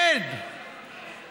אין רבי-חובלים ששותים ולא שטים.